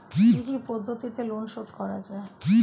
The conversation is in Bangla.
কি কি পদ্ধতিতে লোন শোধ করা যাবে?